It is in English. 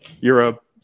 Europe